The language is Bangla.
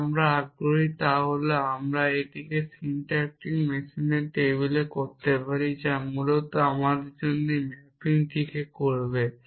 যা আমরা আগ্রহী তা হল আমরা একটি সিনট্যাকটিক মেশিনের টেবিল করতে পারি যা মূলত আমাদের জন্য সেই ম্যাপিংটি করবে